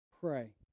pray